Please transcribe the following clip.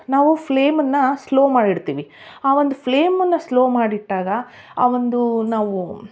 ನಾವು ಫ್ಲೇಮನ್ನು ಸ್ಲೋ ಮಾಡಿ ಇಡ್ತೀವಿ ಆ ಒಂದು ಫ್ಲೇಮನ್ನು ಸ್ಲೋ ಮಾಡಿಟ್ಟಾಗ ಆ ಒಂದು ನಾವೂ